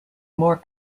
more